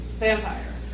Vampire